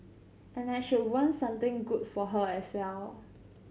and I should want something good for her as well